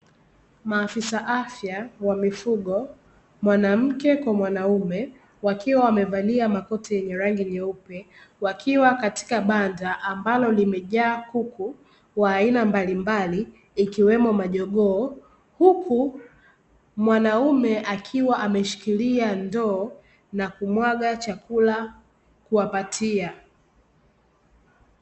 Maafisa afya wa mifugo; mwanamke kwa mwanaume wakiwa wamevalia makoti yenye rangi nyeupe, wakiwa katika banda ambalo limejaa kuku wa aina mbalimbali ikiwemo majogoo, huku mwanaume akiwa ameshikilia ndoo na kumwaga chakula kuwapatia.